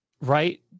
right